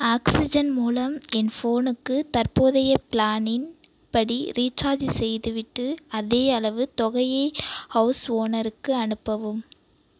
oxygen மூலம் என் ஃபோனுக்கு தற்போதைய பிளானின் படி ரீசார்ஜ் செய்துவிட்டு அதேயளவு தொகையை ஹவுஸ் ஓனருக்கு அனுப்பவும்